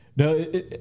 No